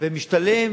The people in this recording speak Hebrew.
וישתלם